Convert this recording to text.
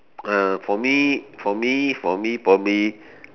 uh for me for me for me probably